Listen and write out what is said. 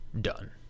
done